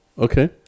Okay